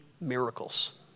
miracles